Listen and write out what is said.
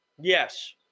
Yes